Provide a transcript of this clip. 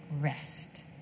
rest